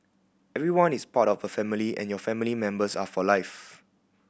everyone is part of a family and your family members are for life